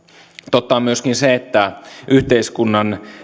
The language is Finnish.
totta on myöskin se että yhteiskunnan